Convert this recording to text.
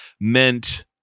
meant